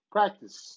Practice